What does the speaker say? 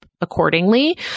accordingly